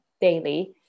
daily